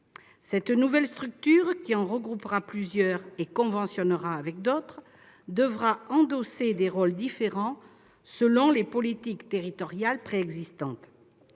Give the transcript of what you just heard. Cette nouvelle structure, qui en regroupera plusieurs et conventionnera avec d'autres, devra endosser des rôles différents selon les politiques territoriales préexistantes.